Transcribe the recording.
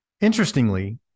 Interestingly